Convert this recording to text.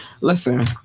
listen